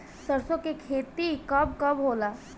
सरसों के खेती कब कब होला?